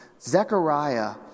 Zechariah